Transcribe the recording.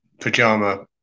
pajama